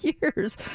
years